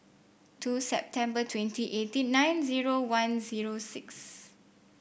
two September twenty eighteen nine zero one zero six